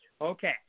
Okay